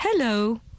Hello